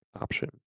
option